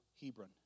Hebron